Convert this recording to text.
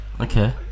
Okay